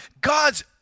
God's